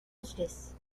اجلس